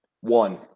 One